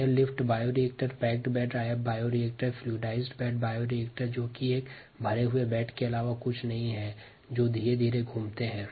air lift bioreactor packed bed bioreactor fluidized bed bioreactor एक भरे हुए बेड है जो कि धीरे धीरे घूमतें है